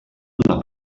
una